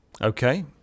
Okay